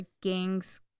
gangs